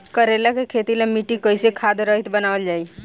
करेला के खेती ला मिट्टी कइसे खाद्य रहित बनावल जाई?